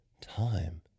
time